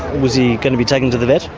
was he going to be taken to the vet?